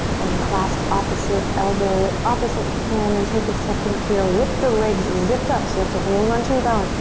then clasp opposite elbow with opposite hand and take a second here with the legs zipped up so you have to hold on to your balance.